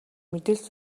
мэдээлэл